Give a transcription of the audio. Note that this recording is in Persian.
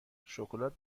شکلات